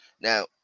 Now